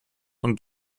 und